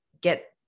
get